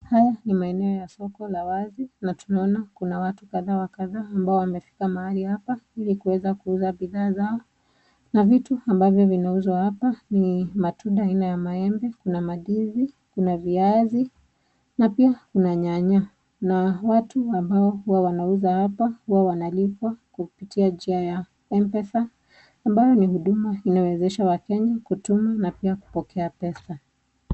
Haya ni maeneo ya soko ya wazi, na tunaona kuna watu kadhaa wa kadhaa ambao wamefika mahali hapa, ili kuweza kuuza bidhaa zao, na vitu ambavyo vinauzwa hapa ni matunda, aina ya maeembe, kuna mandizi, kuna viazi, na pia kuna nyanya, na watu ambao huwa wanauza hapa, huwa wanalipa kupitia njia ya mpesa, ambayo ni huduma inawezesha wakenya kutuma pia kupokea pesa.